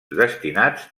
destinats